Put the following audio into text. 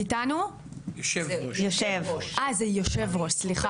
אה זה יושב ראש, סליחה.